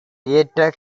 ஏற்ற